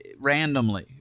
randomly